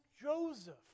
Joseph